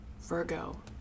Virgo